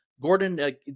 gordon